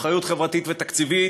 אחריות חברתית ותקציבית,